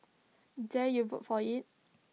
dare you vote for IT